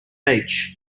beach